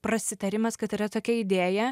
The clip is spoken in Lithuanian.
prasitarimas kad yra tokia idėja